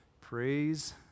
Praise